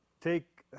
take